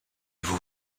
vous